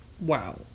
Wow